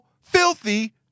filthy